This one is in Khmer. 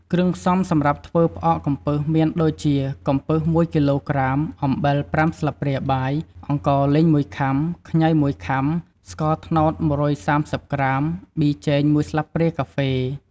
គ្រឿងផ្សំសម្រាប់ធ្វើផ្អកកំពឹសមានដូចជា កំពឹស ១ គីឡូក្រាម អំបិល ៥ស្លាបព្រាបាយ អង្ករលីង ១ខាំ ខ្ញី ១ខាំ ស្ករត្នោត ១៣០ក្រាម ប៊ីចេង ១ស្លាបព្រាកាហ្វេ។